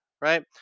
right